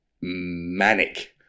manic-